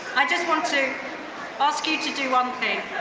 i just want to ask you to do one thing.